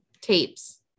tapes